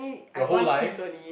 your whole life